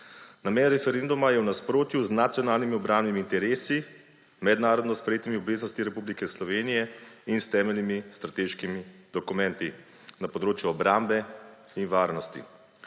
Namen referenduma je v nasprotju z nacionalnimi obrambnimi interesi, mednarodno sprejetimi obveznostmi Republike Slovenije in s temeljnimi strateškimi dokumenti na področju obrambe in varnosti.